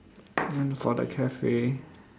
then for the cafe